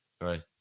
Right